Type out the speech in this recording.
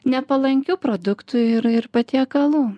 nepalankių produktų ir ir patiekalų